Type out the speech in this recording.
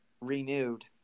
renewed